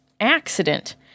accident